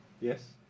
Yes